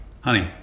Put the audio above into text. Honey